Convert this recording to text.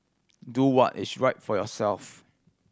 do what is right for yourself